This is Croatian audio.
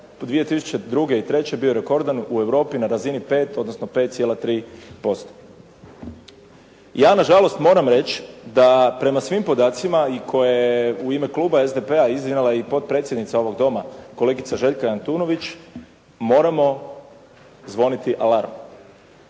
2002. i '03. bio je rekordan u Europi na razini 5 odnosno 5,3%. Ja nažalost moram reći da prema svim podacima i koje je u ime kluba SDP-a iznijela i potpredsjednica ovog Doma, kolegica Željka Antunović, moramo zvoniti alarm.